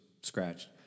scratched